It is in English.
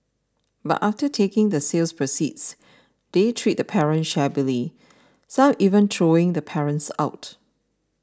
but after taking the sale proceeds they treat the parents shabbily some even throwing the parents out